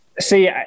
See